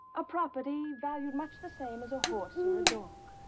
a property valued much the same as a horse or a dog,